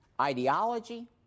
ideology